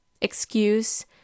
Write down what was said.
excuse